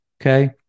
okay